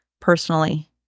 personally